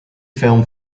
film